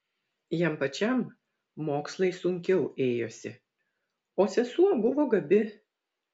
jam pačiam mokslai sunkiau ėjosi o sesuo buvo gabi